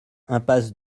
impasse